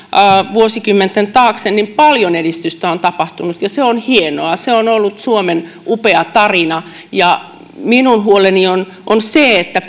vuosikymmenten taakse niin paljon edistystä on tapahtunut ja se on hienoa se on ollut suomen upea tarina minun huoleni on on se että